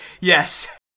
yes